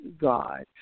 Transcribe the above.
God